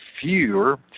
fewer